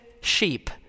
sheep